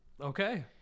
okay